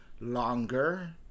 longer